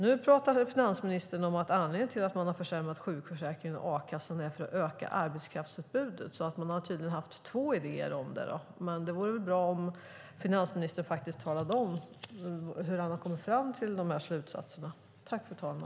Nu säger finansministern att anledningen till att man har försämrat sjukförsäkringen och a-kassan är att man ska öka arbetskraftsutbudet, så man har tydligen haft två idéer om det. Då vore det bra om finansministern talade om hur han har kommit fram till de slutsatserna.